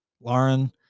Lauren